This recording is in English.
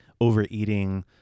overeating